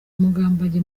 mugambage